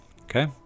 okay